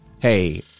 hey